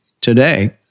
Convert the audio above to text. today